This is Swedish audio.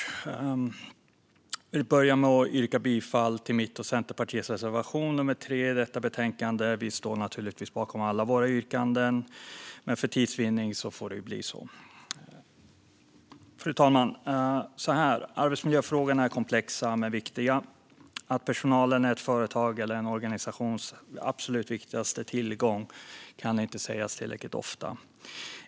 Jag vill börja med att yrka bifall till min och Centerpartiets reservation 3 i detta betänkande. Vi står naturligtvis bakom alla våra yrkanden, men för tids vinning får det bli så. Fru talman! Arbetsmiljöfrågorna är komplexa men viktiga. Att personalen är ett företags eller en organisations absolut viktigaste tillgång kan inte sägas tillräckligt ofta.